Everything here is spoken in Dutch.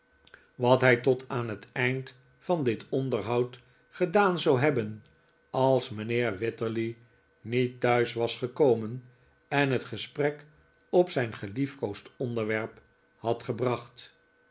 wat hij tot aan het eind van dit onderhoud gedaan zou hebben als mijnheer wititterly niet thuis was gekomen en het gesprek op zijn geliefkoosd onderwerp had gebracht